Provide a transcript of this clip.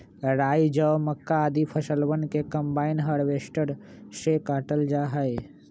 राई, जौ, मक्का, आदि फसलवन के कम्बाइन हार्वेसटर से काटल जा हई